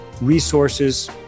resources